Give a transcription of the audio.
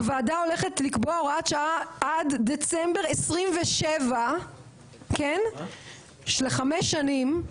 הוועדה הולכת לקבוע הוראת שעה עד דצמבר 2027 לחמש שנים,